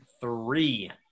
three